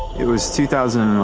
it was two thousand and